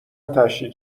تشییع